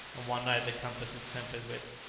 and one night the compass was tampered with,